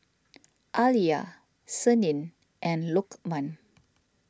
Alya Senin and Lokman